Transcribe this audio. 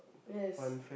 yes